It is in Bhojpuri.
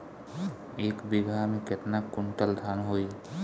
एक बीगहा में केतना कुंटल धान होई?